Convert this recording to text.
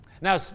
Now